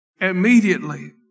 immediately